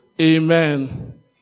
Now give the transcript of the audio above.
amen